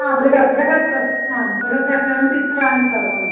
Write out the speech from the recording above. बृहत् बृहत्सस् बृहत् चित्राणि सर्वमस्ति